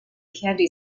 candy